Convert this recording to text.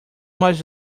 mais